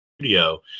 studio